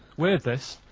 weird this,